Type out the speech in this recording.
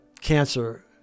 cancer